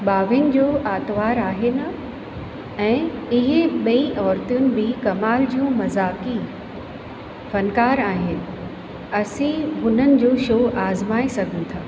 ॿावीहनि जो आतिवारु आहे न ऐं इहे ॿई औरतूं बि कमाल जूं मज़ाकी फ़नकारु आहिनि असी हुननि जो शौ आज़माए सघूं था